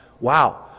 Wow